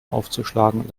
aufzuschlagen